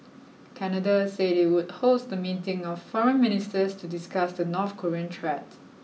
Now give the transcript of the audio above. Canada said it would host a meeting of foreign ministers to discuss the North Korean threat